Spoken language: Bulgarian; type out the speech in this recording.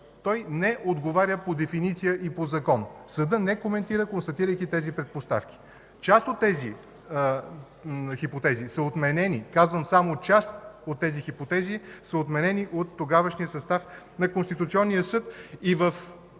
той не отговаря по дефиниция и по закон. Съдът не коментира, констатирайки тези предпоставки. Част от тези хипотези са отменени. Казвам: само част от тези хипотези са отменени от тогавашния състав на Конституционния съд, и в